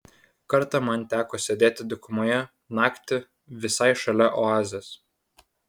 kartą man teko sėdėti dykumoje naktį visai šalia oazės